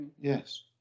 yes